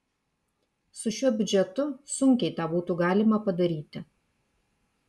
su šiuo biudžetu sunkiai tą būtų galima padaryti